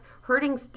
hurting